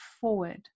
forward